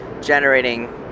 generating